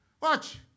Watch